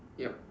yup